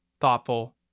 thoughtful